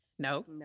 No